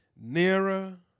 Nearer